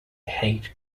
hate